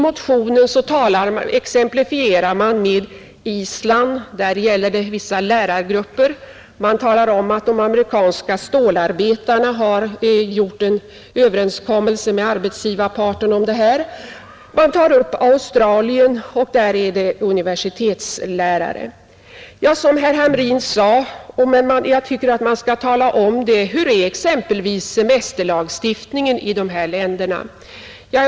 Man exemplifierar med Island där det gäller vissa lärargrupper, USA där stålarbetarna träffat en överenskommelse med arbetsgivarparten, och Australien där det gäller universitetslärare. Men jag tycker att man samtidigt bör tala om hurdan semesterlagstiftning dessa länder har.